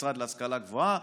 משרד להשכלה גבוהה,